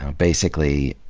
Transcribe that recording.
ah basically,